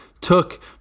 took